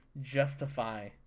justify